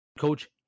coach